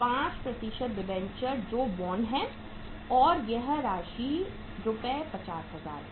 5 debenture जो bond हैं और यह राशि रु 50000 है